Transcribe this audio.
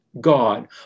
God